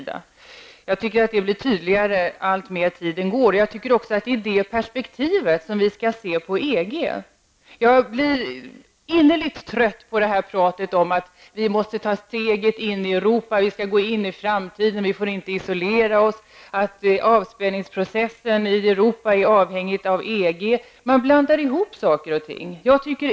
Detta blir enligt min mening tydligare allteftersom tiden går. Jag menar också att det är i det perspektivet vi skall se på EG. Jag blir innerligt trött på pratet om att vi måste ta steget in i Europa, att vi skall gå in i framtiden, att vi inte får isolera oss och att avspänningsprocessen i Europa är avhängig av EG. Man blandar ihop saker och ting.